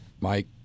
Mike